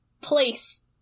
place